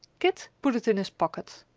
kit put his in his pocket.